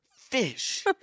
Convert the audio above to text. fish